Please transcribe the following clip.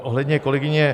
Ohledně kolegyně